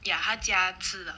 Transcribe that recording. ya 他家吃的